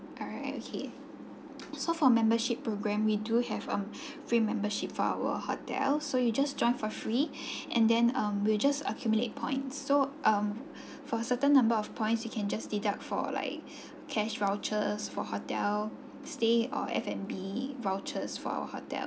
alright okay so for membership program we do have um free membership for our hotel so you just join for free and then um we'll just accumulate points so um for a certain number of points you can just deduct for like cash vouchers for hotel stay or F&B vouchers for our hotel